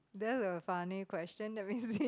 that's a funny question let me see